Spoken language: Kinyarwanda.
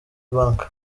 bank